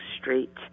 Street